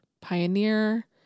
pioneer